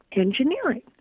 engineering